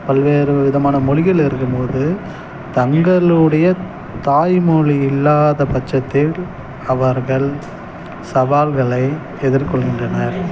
பல்வேறு விதமான மொழிகள் இருக்கும் போது தங்களுடைய தாய் மொழி இல்லாத பட்சத்தில் அவர்கள் சவால்களை எதிர்கொள்கின்றனர்